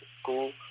school